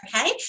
okay